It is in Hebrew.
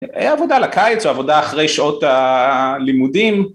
היה עבודה לקיץ ועבודה אחרי שעות הלימודים